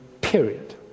Period